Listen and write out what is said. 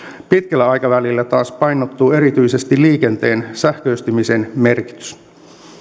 pitkällä aikavälillä taas painottuu erityisesti liikenteen sähköistymisen merkitys